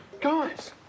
guys